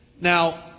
now